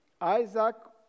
Isaac